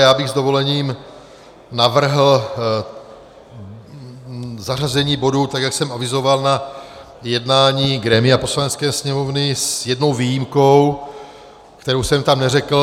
Já bych s dovolením navrhl zařazení bodu, tak jak jsem avizoval na jednání grémia Poslanecké sněmovny s jednou výjimkou, kterou jsem tam neřekl.